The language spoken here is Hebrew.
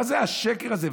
מה זה השקר הזה?